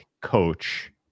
coach